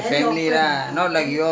whole group lah I mean